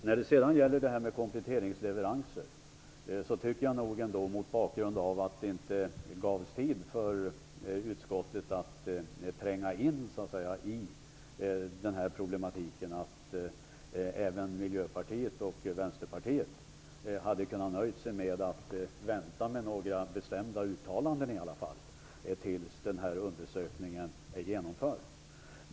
När det sedan gäller kompletteringsleveranser tycker jag nog ändå, mot bakgrund av att utskottet inte gavs tid att tränga in i problematiken, att Miljöpartiet och Vänsterpartiet hade kunnat nöja sig med att vänta med några bestämda uttalanden tills undersökningen blivit genomförd.